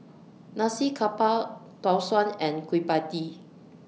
Nasi Campur Tau Suan and Kueh PIE Tee